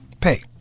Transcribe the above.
Pay